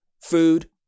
food